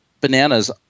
bananas